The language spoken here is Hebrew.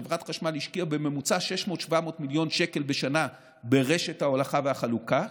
חברת חשמל השקיעה בממוצע 600 700 מיליון שקל בשנה ברשת ההולכה והחלוקה,